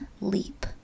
leap